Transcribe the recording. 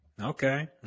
Okay